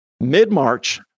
Mid-March